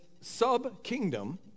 sub-kingdom